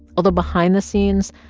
although behind the scenes,